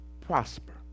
Prosper